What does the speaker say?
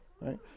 right